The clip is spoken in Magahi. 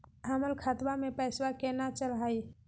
हमर खतवा मे पैसवा केना चढाई?